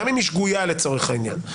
גם אם היא שגויה לצורך העניין,